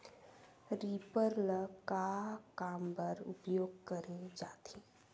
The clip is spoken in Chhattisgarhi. रीपर ल का काम बर उपयोग करे जाथे?